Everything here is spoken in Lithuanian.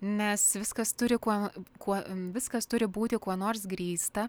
nes viskas turi kuo kuo viskas turi būti kuo nors grįsta